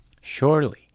Surely